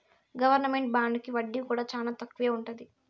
government బాండుకి వడ్డీ కూడా చానా తక్కువే ఉంటది